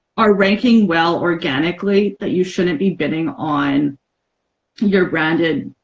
are ranking well organically that you shouldn't be bidding on your branded